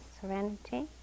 serenity